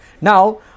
now